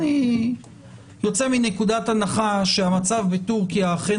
אני יוצא מנקודת הנחה שהמצב בטורקיה אכן